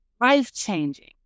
life-changing